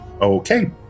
Okay